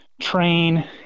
train